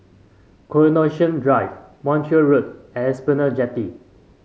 Coronation Drive Montreal Road and Esplanade Jetty